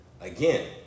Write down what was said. again